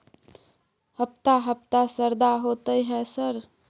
हफ्ता हफ्ता शरदा होतय है सर?